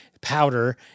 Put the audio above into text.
powder